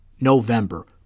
November